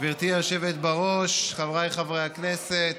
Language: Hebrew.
היושבת בראש, חבריי חברי הכנסת,